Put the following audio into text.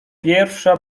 pierwsza